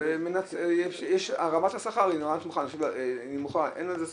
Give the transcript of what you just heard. אז רמת השכר היא נמוכה, אין בזה ספק,